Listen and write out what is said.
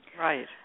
Right